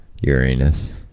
Uranus